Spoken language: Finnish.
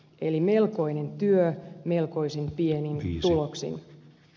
eli melkoinen työ melkoisen pienin tuloksin